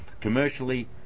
Commercially